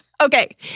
Okay